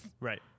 Right